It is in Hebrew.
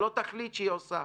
שלא תחליט שהיא עושה,